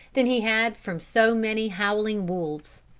than he had from so many howling wolves.